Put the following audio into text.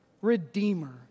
Redeemer